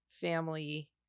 family